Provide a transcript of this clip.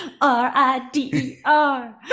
R-I-D-E-R